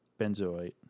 benzoate